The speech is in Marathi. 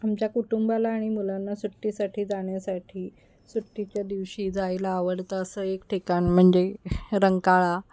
आमच्या कुटुंबाला आणि मुलांना सुट्टीसाठी जाण्यासाठी सुट्टीच्या दिवशी जायला आवडतं असं एक ठिकाण म्हणजे रंकाळा